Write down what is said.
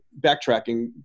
backtracking